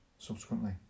Subsequently